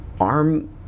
Arm